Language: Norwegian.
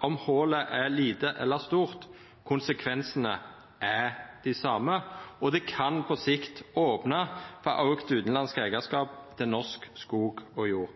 om hòlet er lite eller stort. Konsekvensane er dei same, og det kan på sikt opna for auka utanlandsk eigarskap til norsk skog og jord.